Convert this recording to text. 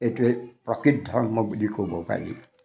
এইটোৱে প্ৰকৃত ধৰ্ম বুলি ক'ব পাৰি